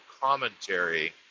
commentary